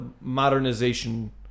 modernization